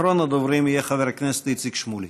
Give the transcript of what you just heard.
אחרון הדוברים יהיה חבר הכנסת איציק שמולי.